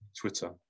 Twitter